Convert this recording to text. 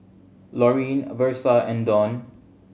Laurene Versa and Donn